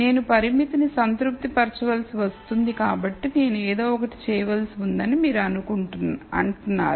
నేను పరిమితిని సంతృప్తి పరచవలసి వస్తుంది కాబట్టి నేను ఏదో ఒకటి చేయవలసి ఉందని మీరు అంటున్నారు